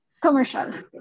commercial